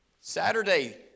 Saturday